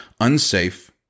unsafe